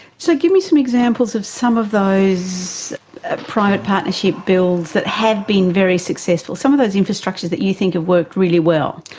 so give me some examples of some of those ah private partnership builds that have been very successful, some of those infrastructures that you think have worked really well.